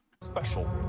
special